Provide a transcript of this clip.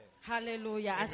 Hallelujah